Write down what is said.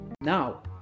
Now